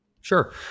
sure